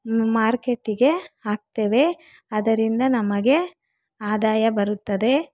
ಮಾರ್ಕೆಟಿಗೆ ಹಾಕ್ತೇವೆ ಅದರಿಂದ ನಮಗೆ ಆದಾಯ ಬರುತ್ತದೆ